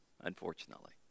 unfortunately